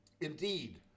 Indeed